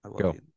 go